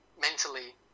Mentally